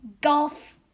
golf